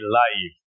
life